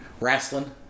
Wrestling